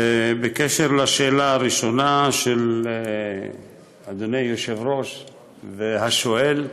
בקשר לשאלה הראשונה של אדוני היושב-ראש והשואל,